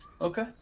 Okay